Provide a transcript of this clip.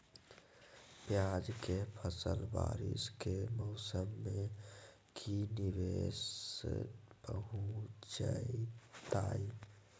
प्याज के फसल बारिस के मौसम में की निवेस पहुचैताई?